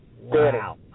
Wow